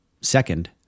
Second